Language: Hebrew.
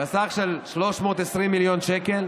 בסך של 320 מיליון שקל,